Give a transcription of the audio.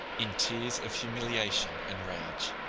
in tears of humiliation and rage.